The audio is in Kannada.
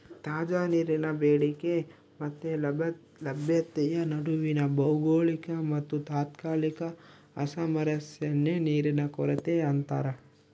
ತಾಜಾ ನೀರಿನ ಬೇಡಿಕೆ ಮತ್ತೆ ಲಭ್ಯತೆಯ ನಡುವಿನ ಭೌಗೋಳಿಕ ಮತ್ತುತಾತ್ಕಾಲಿಕ ಅಸಾಮರಸ್ಯನೇ ನೀರಿನ ಕೊರತೆ ಅಂತಾರ